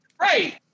Right